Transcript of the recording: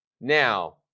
Now